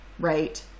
right